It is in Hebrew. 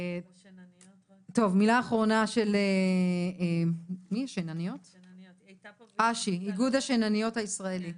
מילה אחרונה של אש"י - איגוד השינניות הישראלי.